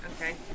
Okay